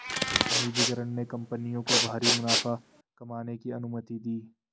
निजीकरण ने कंपनियों को भारी मुनाफा कमाने की अनुमति दी